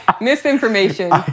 Misinformation